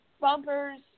bumpers